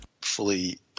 fully